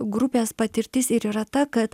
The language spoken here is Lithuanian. grupės patirtis ir yra ta kad